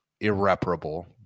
irreparable